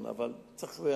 יכול להיות שיש בזה,